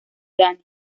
danny